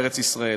בארץ-ישראל.